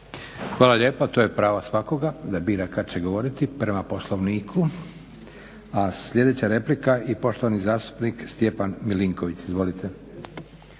Hvala lijepa. To je pravo svakoga da bira kada će govoriti prema Poslovniku. A sljedeća replika i poštovani zastupnik Stjepan MIlinković. Izvolite.